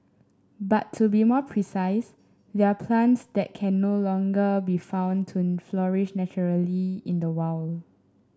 but to be more precise they're plants that can no longer be found to flourish naturally in the wild